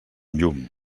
llum